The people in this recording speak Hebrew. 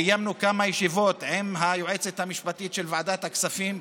קיימנו כמה ישיבות עם היועצת המשפטית של ועדת הכספים,